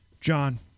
John